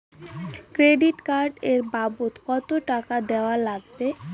Credit card এর বাবদ কতো টাকা দেওয়া লাগবে?